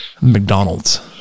McDonald's